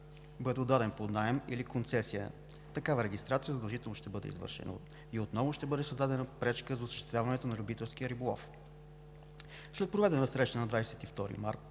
бъде отдаден под наем или концесия, такава регистрация задължително ще бъде извършена и отново ще бъде създадена пречка за осъществяването на любителския риболов. След проведена среща на 22 март